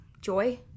Joy